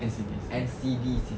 N_C_D_C